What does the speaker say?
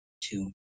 Two